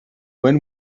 when